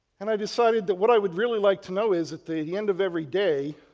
and i decided that what i would really like to know is at the end of every day,